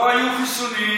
לא היו חיסונים.